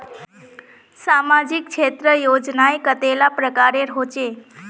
सामाजिक क्षेत्र योजनाएँ कतेला प्रकारेर होचे?